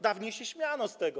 Dawniej się śmiano z tego.